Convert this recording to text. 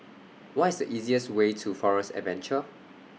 What IS The easiest Way to Forest Adventure